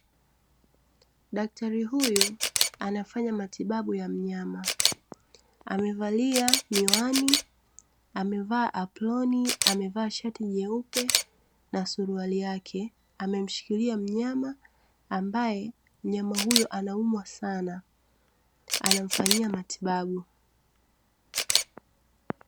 Daktari huyu anafanya matibabu ya mnyama amevalia miwani, amevaa aproni, amevaa shati jeupe na suruhali yake amemshikilia mnyama ambaye mnyama huyo anaumwa sana, anamfanyia matibabu.